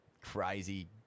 crazy